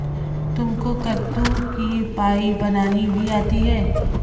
तुमको कद्दू की पाई बनानी भी आती है?